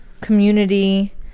community